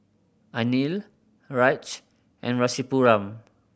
Anil Raj and Rasipuram